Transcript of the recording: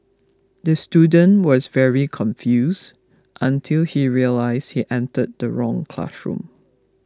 the student was very confused until he realised he entered the wrong classroom